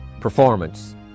performance